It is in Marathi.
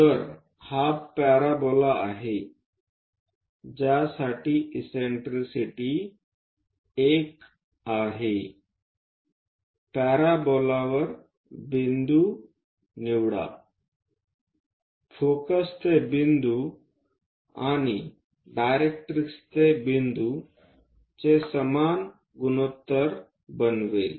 तर हा पॅराबोला आहे ज्यासाठी इससेन्ट्रिसिटी 1 आहे पॅराबोलावर बिंदू निवडा फोकस ते बिंदू आणि त्या डायरेक्टिक्स ते बिंदू समान गुणोत्तर बनवेल